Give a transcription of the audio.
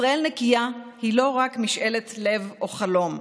ישראל נקייה היא לא רק משאלת לב או חלום,